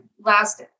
last